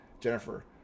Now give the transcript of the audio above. jennifer